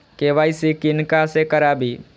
KYC किनका से कराबी?